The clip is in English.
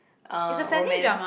uh romance